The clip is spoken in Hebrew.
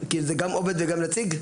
זה גם עובד וגם נציג?